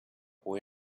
boy